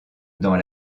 dans